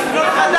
לא, זה סגנון חדש.